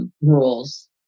rules